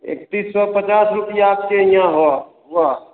इकतीस सौ पचास रुपया आपके यहाँ हो हुआ